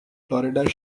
florida